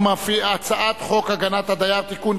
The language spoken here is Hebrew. הצעת חוק הגנת הדייר (תיקון,